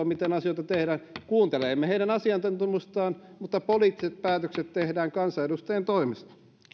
miten asioita tehdään kuuntelemme heidän asiantuntemustaan mutta poliittiset päätökset tehdään kansanedustajien toimesta